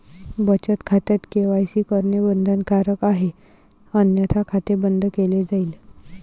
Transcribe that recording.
बचत खात्यात के.वाय.सी करणे बंधनकारक आहे अन्यथा खाते बंद केले जाईल